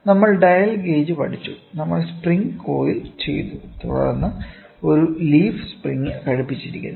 നമ്മൾ dial gauge പഠിച്ചു നമ്മൾ സ്പ്രിംഗ് കോയിൽ ചെയ്തു തുടർന്ന് ഒരു ലീഫ് സ്പ്രിംഗ് ഘടിപ്പിച്ചിരുന്നു